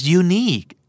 unique